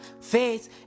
face